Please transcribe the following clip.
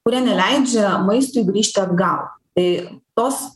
kurie neleidžia maistui grįžti atgal tai tos